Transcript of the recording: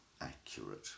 accurate